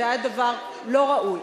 זה היה דבר לא ראוי,